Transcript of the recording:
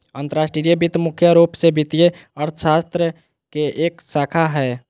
अंतर्राष्ट्रीय वित्त मुख्य रूप से वित्तीय अर्थशास्त्र के एक शाखा हय